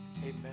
Amen